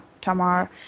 Tamar